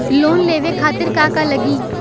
Loan लेवे खातीर का का लगी?